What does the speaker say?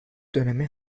dönemi